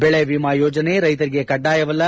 ಬೆಳೆ ವಿಮಾ ಯೋಜನೆ ರೈತರಿಗೆ ಕಡ್ಡಾಯವಲ್ಲ